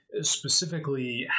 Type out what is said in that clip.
Specifically